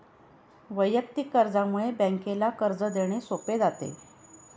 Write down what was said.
वैयक्तिक कर्जामुळे बँकेला कर्ज देणे सोपे जाते